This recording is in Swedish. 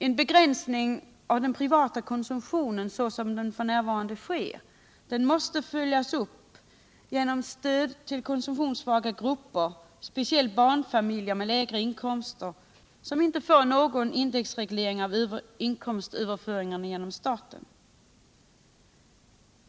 En begränsning av den privata konsumtionen såsom f. n. sker måste följas upp genom stöd till konsumtionssvaga grupper, speciellt barnfamiljer med lägre inkomster, som inte får någon indexreglering av inkomstöverföringarna från staten.